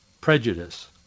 prejudice